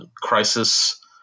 crisis